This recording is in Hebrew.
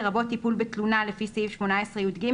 לרבות טיפול בתלונה לפי סעיף 18יג,